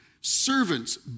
Servants